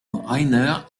rainer